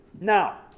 Now